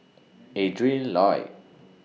Adrin Loi